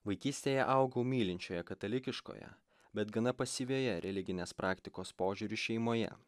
vaikystėje augau mylinčioje katalikiškoje bet gana pasyvioje religinės praktikos požiūriu šeimoje